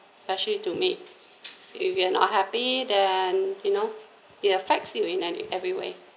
especially to me if you are not happy then you know it affects you in and every way